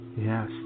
yes